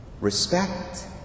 Respect